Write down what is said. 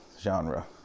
genre